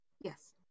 Yes